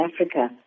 Africa